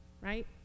Right